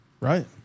Right